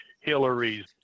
Hillary's